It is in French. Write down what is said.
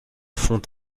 font